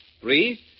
Three